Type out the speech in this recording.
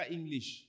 English